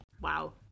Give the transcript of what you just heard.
Wow